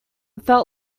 felt